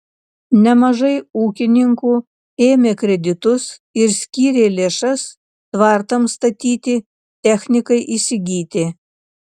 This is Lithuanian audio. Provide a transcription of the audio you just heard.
nemažai ūkininkų ėmė kreditus ir skyrė lėšas tvartams statyti technikai įsigyti